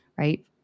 right